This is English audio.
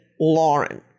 Lauren